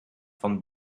von